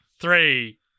Three